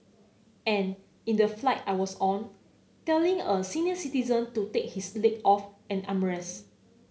and in the flight I was on telling a senior citizen to take his leg off an armrest